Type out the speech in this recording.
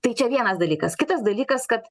tai čia vienas dalykas kitas dalykas kad